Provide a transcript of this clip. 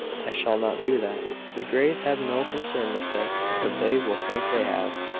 i shall not do that. the greys have no concern with it but they will think they have.